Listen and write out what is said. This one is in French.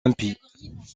impie